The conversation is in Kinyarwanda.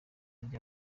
rya